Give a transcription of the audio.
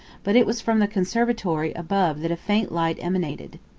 but it was from the conservatory above that a faint light emanated.